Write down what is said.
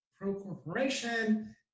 pro-corporation